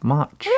March